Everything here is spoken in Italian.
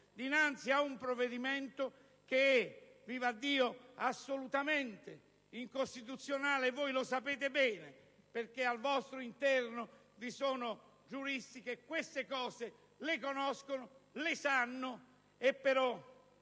dinanzi ad un provvedimento che è, vivaddio, assolutamente incostituzionale. E voi lo sapete bene, perché al vostro interno vi sono giuristi che queste cose le conoscono e le sanno: però